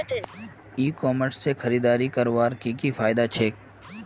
ई commerce से खरीदारी करवार की की फायदा छे?